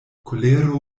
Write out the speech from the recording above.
kolero